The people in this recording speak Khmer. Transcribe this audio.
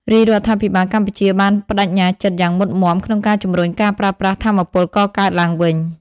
រាជរដ្ឋាភិបាលកម្ពុជាបានប្តេជ្ញាចិត្តយ៉ាងមុតមាំក្នុងការជំរុញការប្រើប្រាស់ថាមពលកកើតឡើងវិញ។